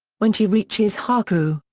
when she reaches haku,